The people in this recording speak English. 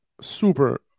super